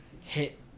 hit